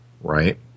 right